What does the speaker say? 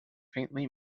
faintly